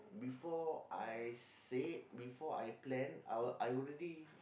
before I say it before I plan I'll I already